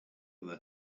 other